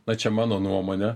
na čia mano nuomonė